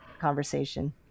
conversation